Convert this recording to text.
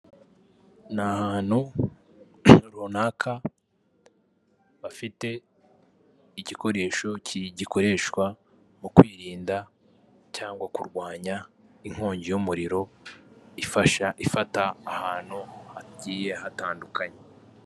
Ni ahantu runaka bafite igikoresho gikoreshwa mu kwirinda cyangwa kurwanya inkongi y'umuriro ifasha ifata ahantu hagiye hatandukanye.